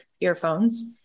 earphones